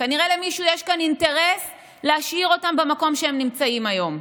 כנראה למישהו יש כאן אינטרס להשאיר אותם במקום שהם נמצאים היום,